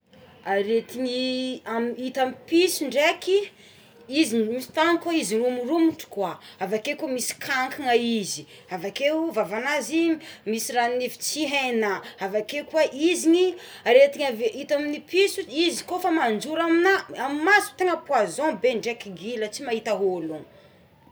Aretiny aminy hita amin' ny piso ndraiky izy misy tampoko izy romoromotra koà avakeo koa misy kankana izy avakeo vavanazy misy ranonivy tsy hainà avakeo koa iziny aretiny avy ita amigny piso izy ko efa mandrora amigna amigny maso tena poison be ndraiky gila tsy mahita ologno.